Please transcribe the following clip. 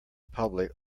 public